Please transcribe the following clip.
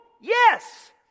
Yes